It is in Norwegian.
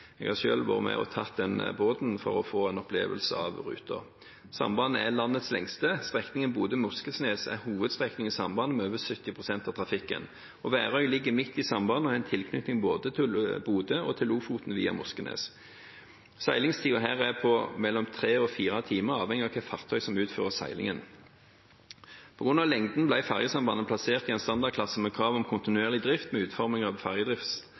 Jeg har selv vært med og tatt den båten for å få en opplevelse av ruten. Sambandet er landets lengste. Strekningen Bodø–Moskenes er hovedstrekningen i sambandet med over 70 pst. av trafikken. Værøy ligger midt i sambandet og har en tilknytning både til Bodø og til Lofoten via Moskenes. Seilingstiden her er på mellom tre og fire timer, avhengig av hvilket fartøy som utfører seilingen. På grunn av lengden ble ferjesambandet plassert i en standardklasse med krav om kontinuerlig drift ved utforming av